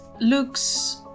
looks